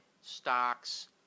stocks